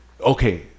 okay